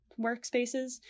workspaces